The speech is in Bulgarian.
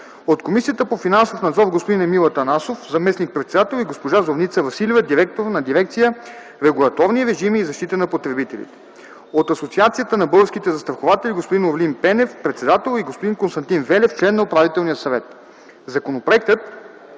от Комисията по финансов надзор – господин Емил Атанасов – заместник-председател, и госпожа Зорница Василева – директор на дирекция „Регулаторни режими и защита на потребителите”, от Асоциацията на българските застрахователи – господин Орлин Пенев – председател, и господин Константин Велев – член на Управителния съвет. Законопроектът